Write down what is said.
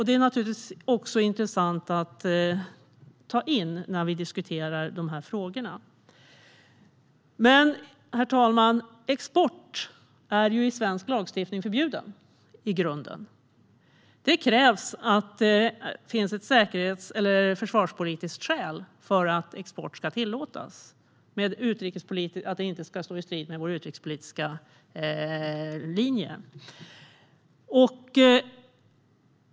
Det är naturligtvis intressant att också ta in sådant när vi diskuterar de här frågorna. Export är i grunden förbjuden i svensk lagstiftning. För att export ska tillåtas krävs att det finns ett försvarspolitiskt skäl. Det ska inte stå i strid med vår utrikespolitiska linje.